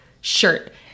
shirt